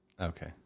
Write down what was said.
Okay